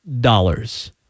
dollars